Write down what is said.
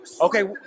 Okay